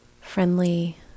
friendly